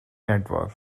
network